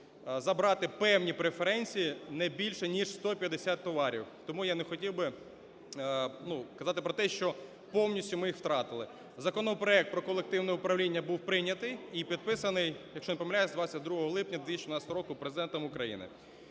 забрати певні преференції, не більше ніж 150 товарів, тому я не хотів би, ну, казати про те, що повністю ми їх втратили. Законопроект про колективне управління був прийнятий і підписаний, якщо я не помиляюся, 22 липня 2018 року Президентом України.